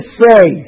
say